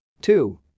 Two